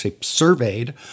surveyed